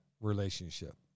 relationship